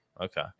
okay